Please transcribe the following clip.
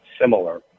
similar